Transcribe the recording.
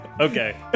Okay